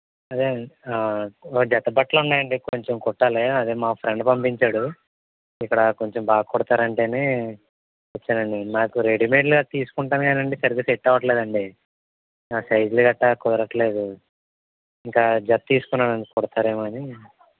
అదే అండి ఒక జత బట్టలు ఉన్నాయండి కొంచెం కుట్టాలి అది మా ఫ్రెండ్ పంపించాడు ఇక్కడ కొంచెం బాగా కుడతారు అంటే వచ్చాను అండి నాకు రెడీమేడ్లో తీసుకుంటాను కానీ అండి సరిగ్గా సెట్ అవ్వట్లేదండి నా సైజులు గట్టా కుదరట్లేదు ఇంకా జత తీసుకున్నాను అండి కుడతారేమో అని